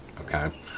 okay